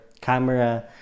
camera